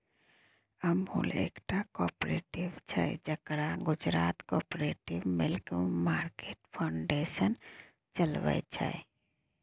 अमुल एकटा कॉपरेटिव छै जकरा Gujarat cooperative milk market federation चलबै छै